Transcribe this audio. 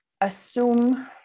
assume